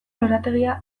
lorategia